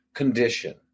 condition